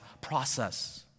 process